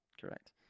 correct